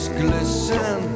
glisten